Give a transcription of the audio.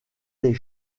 des